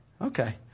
okay